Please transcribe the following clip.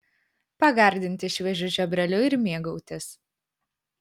pagardinti šviežiu čiobreliu ir mėgautis